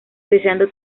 deseando